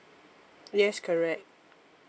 yes correct